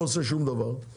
שנמצא פה מולי,